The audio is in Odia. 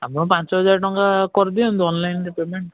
ଆପଣ ପାଞ୍ଚ ହଜାର ଟଙ୍କା କରି ଦିଅନ୍ତୁ ଅନଲାଇନରେ ପେମେଣ୍ଟ